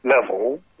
level